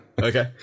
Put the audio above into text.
Okay